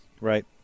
Right